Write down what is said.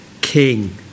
king